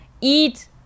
eat